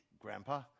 Grandpa